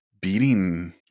beating